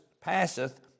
passeth